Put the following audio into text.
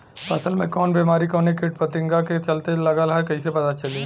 फसल में कवन बेमारी कवने कीट फतिंगा के चलते लगल ह कइसे पता चली?